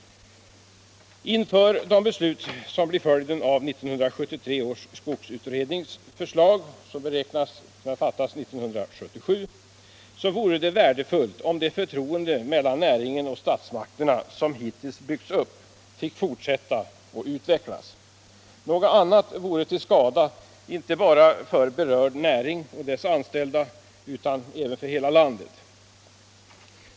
Inför de beslut som blir följden av 1973 års skogsutrednings förslag och som beräknas kunna fattas 1977 vore det värdefullt om det förtroende mellan näringen och statsmakterna som hittills har byggts upp fick fortsätta att utvecklas. Något annat vore till skada inte bara för berörd näring och dess anställda, utan för hela landet.